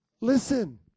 listen